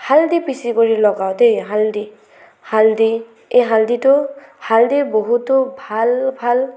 হালধি পিচি গুৰি লগাও দেই হালধি হালধি এই হালধিটো হালধিৰ বহুটো ভাল ভাল